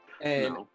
And-